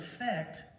effect